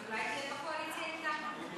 אז אולי תהיה בקואליציה אתנו?